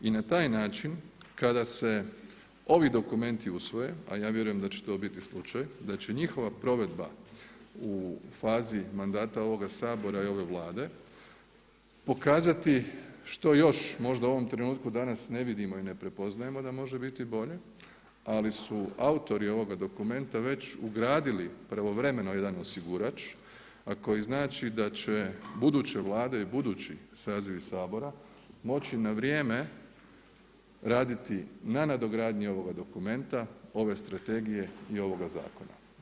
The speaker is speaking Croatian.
I na taj način kada se ovi dokumenti usvoje, a ja vjerujem da će to biti slučaj, da će njihova provedba u fazi mandata ovoga Sabora i ove Vlade pokazati što još u ovom trenutku danas ne vidimo i ne prepoznajemo da može biti bolje, ali su autori ovoga dokumenta već ugradili pravovremeno jedan osigurač, a koji znači da će buduće Vlade i budući sazivi Sabora, moći na vrijeme raditi na nadogradnju ovoga dokumenta ove strategije i ovoga zakona.